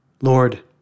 Lord